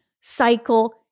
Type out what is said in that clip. cycle